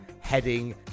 heading